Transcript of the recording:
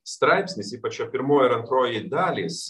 straipsnis ypač jo pirmoji ir antroji dalys